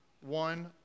one